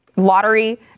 Lottery